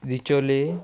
बिचोले